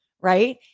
right